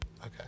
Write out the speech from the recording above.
Okay